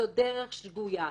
זו דרך שגויה.